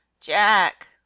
jack